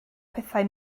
pethau